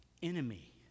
enemy